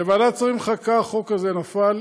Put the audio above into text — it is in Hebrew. בוועדת השרים לחקיקה החוק הזה נפל.